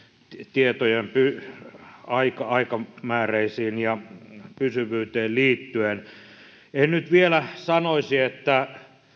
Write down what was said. tietojen eräisiin aikamääreisiin ja pysyvyyteen en nyt vielä sanoisi että